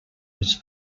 was